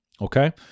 Okay